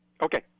Okay